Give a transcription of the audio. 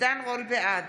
בעד